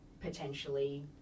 potentially